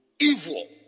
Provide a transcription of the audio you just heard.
evil